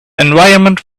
environment